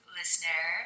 listener